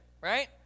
right